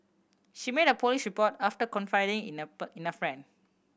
she made a police report after confiding in a in a friend